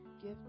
give